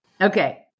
Okay